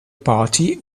party